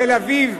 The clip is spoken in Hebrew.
בתל-אביב,